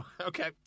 Okay